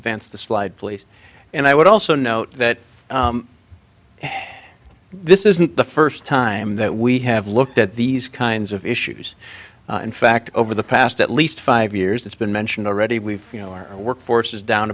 vance the slide please and i would also note that this isn't the first time that we have looked at these kinds of issues in fact over the past at least five years it's been mentioned already we've you know our workforce is down